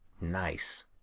Nice